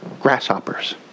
grasshoppers